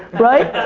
right?